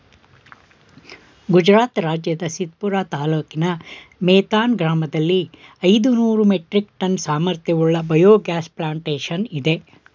ಗುಜರಾತ್ ರಾಜ್ಯದ ಸಿದ್ಪುರ ತಾಲೂಕಿನ ಮೇಥಾನ್ ಗ್ರಾಮದಲ್ಲಿ ಐದುನೂರು ಮೆಟ್ರಿಕ್ ಟನ್ ಸಾಮರ್ಥ್ಯವುಳ್ಳ ಬಯೋಗ್ಯಾಸ್ ಪ್ಲಾಂಟೇಶನ್ ಇದೆ